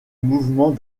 mouvement